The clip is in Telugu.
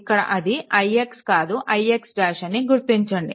ఇక్కడ ఇది ix కాదు ix' అని గుర్తించండి